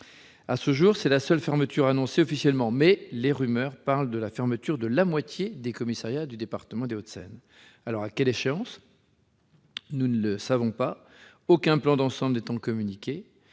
À ce jour, c'est la seule fermeture annoncée officiellement, mais les rumeurs parlent de la fermeture de la moitié des commissariats du département. Alors, à quelle échéance ? Nous ne le savons pas, aucun plan d'ensemble n'étant communiqué.